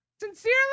Sincerely